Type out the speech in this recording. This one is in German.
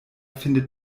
findet